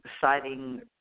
citing